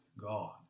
God